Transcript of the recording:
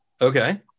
Okay